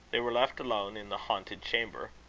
they were left alone in the haunted chamber.